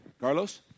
Carlos